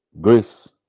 Grace